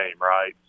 right